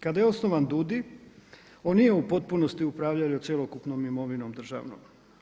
Kada je osnovan DUUDK on nije u potpunosti upravljao cjelokupnom imovinom državnom.